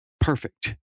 perfect